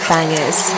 Bangers